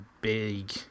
big